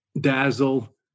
dazzle